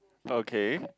okay